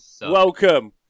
welcome